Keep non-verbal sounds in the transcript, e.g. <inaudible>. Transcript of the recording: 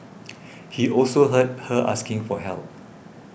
<noise> he also heard her asking for help